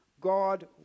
God